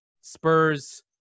Spurs